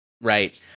right